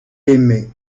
aimé